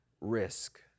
risk